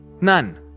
None